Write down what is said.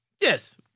Yes